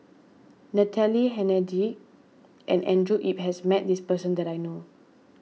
Natalie Hennedige and Andrew Yip has met this person that I know